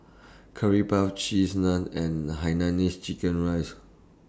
Curry Puff Cheese Naan and Hainanese Chicken Rice